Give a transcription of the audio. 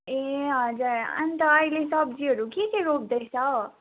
ए हजुर अन्त अहिले सबजीहरू के के रोप्दैछ हौ